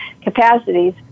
capacities